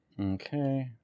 Okay